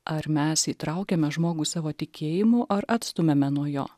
ar mes įtraukiame žmogų savo tikėjimu ar atstumiame nuo jo